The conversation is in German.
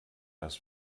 das